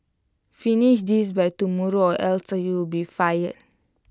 finish this by tomorrow or else you'll be fired